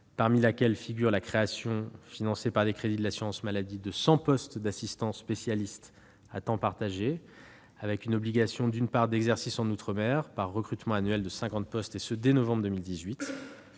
parmi lesquelles figure la création, sur des crédits de l'assurance maladie, de 100 postes d'assistant spécialiste à temps partagé avec une obligation d'exercice en outre-mer, par recrutement annuel de 50 postes, à partir de novembre 2018.